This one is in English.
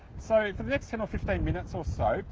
so for the next ten or fifteen minutes or so,